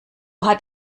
hat